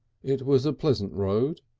it was a pleasant road,